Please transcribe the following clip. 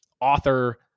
author